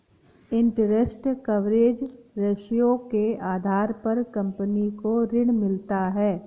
interest coverage ratio के आधार पर कंपनी को ऋण मिलता है